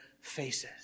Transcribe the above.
faces